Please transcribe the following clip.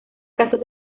casos